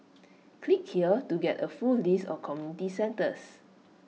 click here to get A full list of community centres